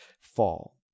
fall